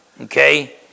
Okay